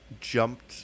jumped